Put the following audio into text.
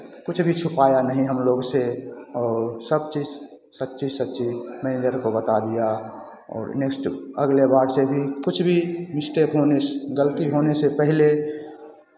कुछ भी छुपाया नहीं हम लोग से और सब चीज़ सच्ची सच्ची मैनेज़र को बता दिया और मिस्ट अगले बार से भी कुछ भी मिस्टेक होने गलती होने से पहले